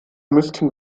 müssten